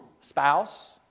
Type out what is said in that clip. spouse